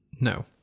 No